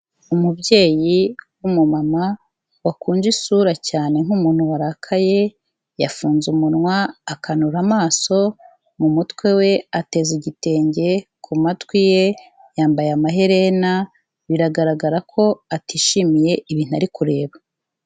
Umubyeyi w'umumama wakunje isura cyane nk'umuntu warakaye, yafunze umunwa akanura amaso, mu mutwe we ateze igitenge, ku matwi ye yambaye amaherena, biragaragara ko atishimiye ibintu ari kureba.